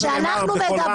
שזה נאמר בקול רם,